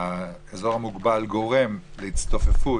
אזור מוגבל גורם להצטופפות,